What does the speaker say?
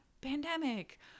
pandemic